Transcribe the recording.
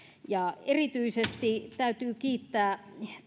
erityisesti täytyy kiittää